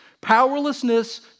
Powerlessness